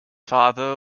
father